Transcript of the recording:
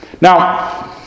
Now